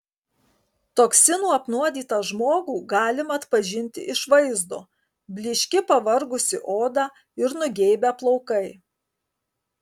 toksinų apnuodytą žmogų galima atpažinti iš vaizdo blyški pavargusi oda ir nugeibę plaukai